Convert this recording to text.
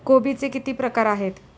कोबीचे किती प्रकार आहेत?